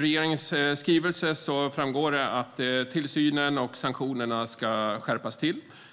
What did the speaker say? regeringens skrivelse framgår det att tillsynen och sanktionerna ska skärpas.